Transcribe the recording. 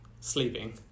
sleeping